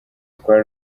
twa